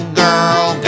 girl